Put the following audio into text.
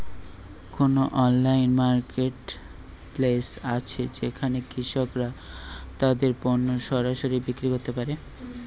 কোন online marketplace আছে যেখানে কৃষকরা তাদের পণ্য সরাসরি বিক্রি করতে পারে?